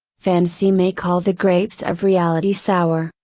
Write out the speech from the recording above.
fantasy may call the grapes of reality sour,